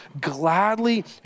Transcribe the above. gladly